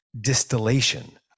distillation